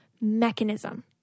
mechanism